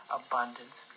abundance